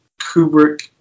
Kubrick